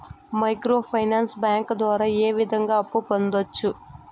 micro finance bank ద్వారా ఏ విధంగా అప్పు పొందొచ్చు